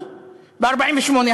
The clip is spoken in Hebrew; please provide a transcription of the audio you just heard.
ב-1948,